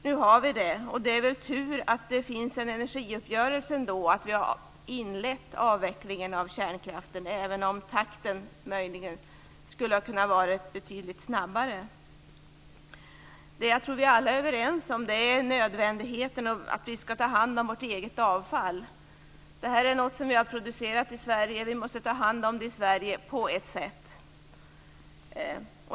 Nu har vi det, och det är väl tur att det finns en energiuppgörelse, att vi har inlett avvecklingen av kärnkraften, även om takten möjligen skulle ha kunnat vara betydligt snabbare. Det jag tror att vi alla är överens om är nödvändigheten att vi tar hand om vårt eget avfall. Det här är något som vi har producerat i Sverige, och vi måste ta hand om det i Sverige på rätt sätt.